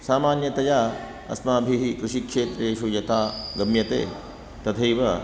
सामान्यतया अस्माभिः कृषिक्षेत्रेषु यथा गम्यते तथैव